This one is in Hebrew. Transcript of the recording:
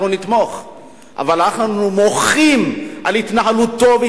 אבל אנחנו מוחים על התנהלותו של